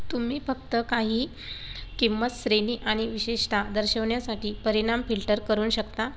तुम्ही फक्त काही किंमत श्रेणी आणि विशेषता दर्शवण्यासाठी परिणाम फिल्टर करून शकता